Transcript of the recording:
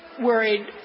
worried